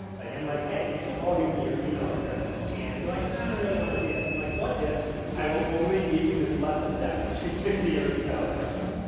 like i'm like, hey, you should all give me your email address. and you're like no, i don't really want to do that. i'm like, what if i will only give you this lesson deck if you give me your email address.